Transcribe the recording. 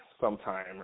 Sometime